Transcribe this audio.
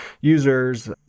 users